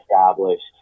established